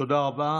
תודה רבה.